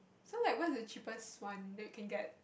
so like where's the cheapest one that you can get